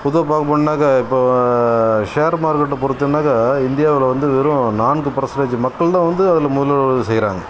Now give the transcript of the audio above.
பொதுவாக பார்க்க போனாக்க இப்போ ஷேர் மார்க்கெட்டை பொறுத்தோனாக்க இந்தியாவில் வந்து வெறும் நான்கு பர்சண்டேஜ் மக்கள்தான் வந்து அதில் முதலீடு செய்யறாங்க